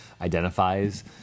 identifies